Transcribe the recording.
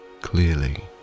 clearly